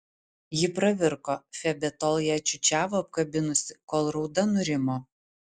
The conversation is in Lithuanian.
ji pravirko febė tol ją čiūčiavo apkabinusi kol rauda nurimo